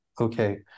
okay